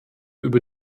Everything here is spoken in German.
über